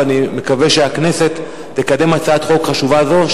ואני מקווה שהכנסת תקדם הצעת חוק חשובה זו,